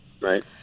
Right